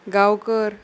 Gaonkar